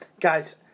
Guys